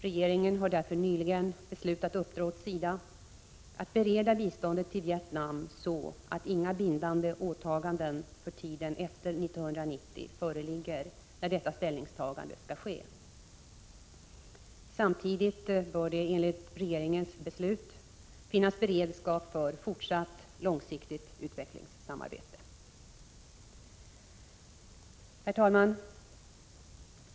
Regeringen har därför nyligen beslutat uppdra åt SIDA att bereda biståndet till Vietnam, så att inga bindande åtaganden för tiden efter 1990 föreligger när detta ställningstagande skall ske. Samtidigt bör det enligt regeringens beslut finnas beredskap för fortsatt långsiktigt utvecklingssamarbete. Herr talman!